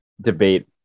debate